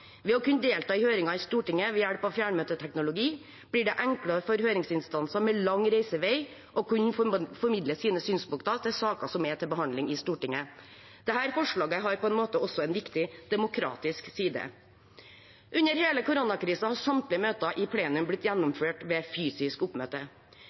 Ved å kunne delta i høringer i Stortinget ved hjelp av fjernmøteteknologi blir det enklere for høringsinstanser med lang reisevei å kunne få formidlet sine synspunkter til saker som er til behandling i Stortinget. Dette forslaget har også en viktig demokratisk side. Under hele koronakrisen har samtlige møter i plenum blitt